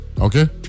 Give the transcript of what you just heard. Okay